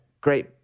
great